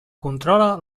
controla